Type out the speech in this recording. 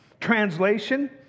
Translation